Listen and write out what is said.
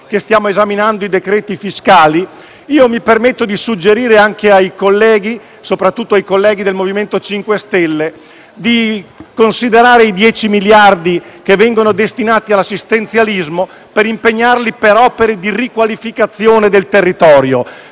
e dei cosiddetti decreti fiscali, mi permetto di suggerire ai colleghi, soprattutto a quelli del MoVimento 5 Stelle, di considerare i 10 miliardi di euro che vengono destinati all'assistenzialismo, per impegnarli nelle opere di riqualificazione del territorio